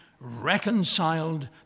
reconciled